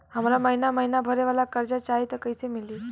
हमरा महिना महीना भरे वाला कर्जा चाही त कईसे मिली?